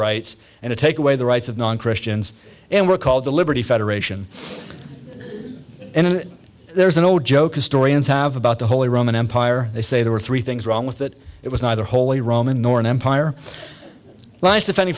rights and take away the rights of non christians and we're called the liberty federation and there's an old joke historians have about the holy roman empire they say there were three things wrong with it it was neither holy roman nor an empire